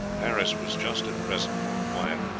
paris was just at present more quiet.